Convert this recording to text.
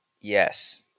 Yes